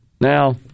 Now